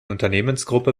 unternehmensgruppe